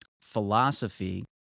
philosophy